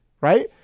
Right